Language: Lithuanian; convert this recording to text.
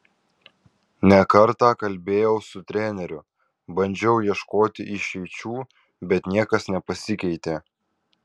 ne kartą kalbėjau su treneriu bandžiau ieškoti išeičių bet niekas nepasikeitė